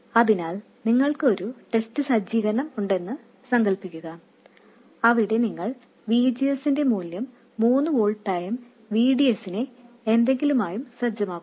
അതിനാൽ നിങ്ങൾക്ക് ഒരു ടെസ്റ്റ് സജ്ജീകരണം ഉണ്ടെന്ന് സങ്കൽപ്പിക്കുക അവിടെ നിങ്ങൾ V G S ന്റെ മൂല്യം മൂന്ന് വോൾട്ടായും VDS നെ എന്തെങ്കിലുമായും സജ്ജമാക്കുന്നു